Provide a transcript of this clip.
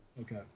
Okay